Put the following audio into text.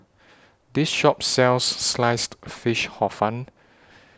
This Shop sells Sliced Fish Hor Fun